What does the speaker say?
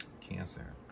Cancer